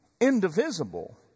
indivisible